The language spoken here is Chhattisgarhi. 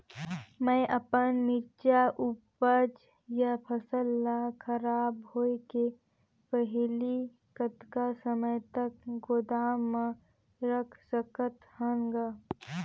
मैं अपन मिरचा ऊपज या फसल ला खराब होय के पहेली कतका समय तक गोदाम म रख सकथ हान ग?